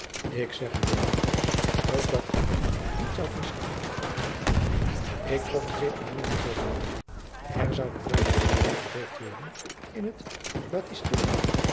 ik zeg u dit maurits opdat gij mij niet zoudt miskennen ik trof een zeer aanadriaan loosjes pzn het leven van maurits lijnslager doenlijk oogenblik er zouden juist kinderen gedoopt worden in het